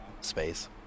space